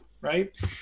right